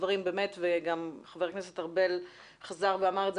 אנחנו בפיגור גדול אחרי הדברים שצריכים להיעשות.